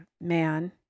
man